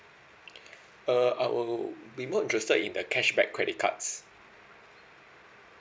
uh I will be more interested in the cashback credit cards